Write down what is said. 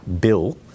bill